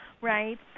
right